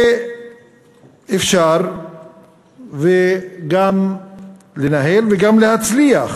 שאפשר גם לנהל וגם להצליח